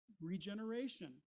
regeneration